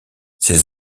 ses